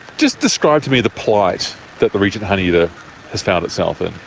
just describe to me the plight that the regent honeyeater has found itself in.